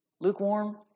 Lukewarm